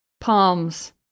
palms